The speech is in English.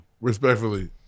Respectfully